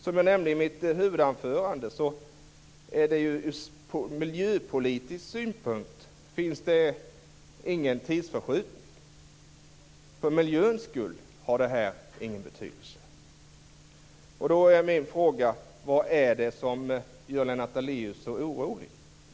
Som jag nämnde i mitt huvudanförande blir det ur miljöpolitisk synpunkt ingen tidsförskjutning. För miljöns skull har det ingen betydelse. Då är min fråga: Vad är det som gör Lennart Daléus så orolig?